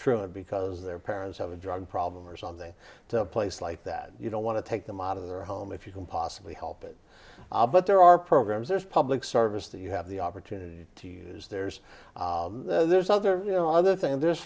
truly because their parents have a drug problem or something to a place like that you don't want to take them out of their home if you can possibly help it but there are programs there's public service that you have the opportunity to use there's there's other you know other thing